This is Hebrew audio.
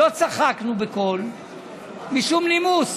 לא צחקנו בקול משום נימוס